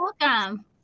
Welcome